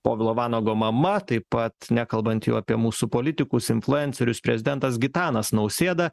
povilo vanago mama taip pat nekalbant jau apie mūsų politikus influencerius prezidentas gitanas nausėda